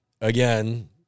Again